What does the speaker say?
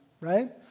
right